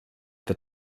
that